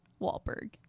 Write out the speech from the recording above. Wahlberg